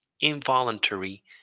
involuntary